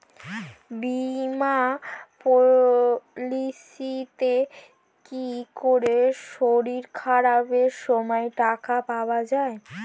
বীমা পলিসিতে কি করে শরীর খারাপ সময় টাকা পাওয়া যায়?